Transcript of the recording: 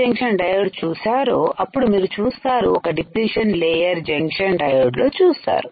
junction diode చూశారో అప్పుడు మీరు చూస్తారు ఒక డిప్లీషన్ లేయర్ జంక్షన్ డయోడ్ లో చూస్తారు